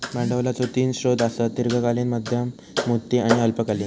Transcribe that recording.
भांडवलाचो तीन स्रोत आसत, दीर्घकालीन, मध्यम मुदती आणि अल्पकालीन